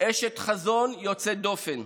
אשת חזון יוצאת דופן,